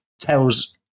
tells